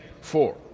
Four